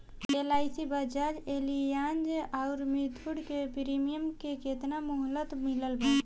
LIC Bajaj Allianz आउर मुथूट के premium के केतना मुहलत मिलल बा?